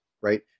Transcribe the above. right